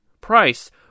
Price